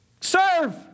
Serve